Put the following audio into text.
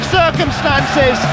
circumstances